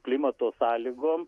klimato sąlygom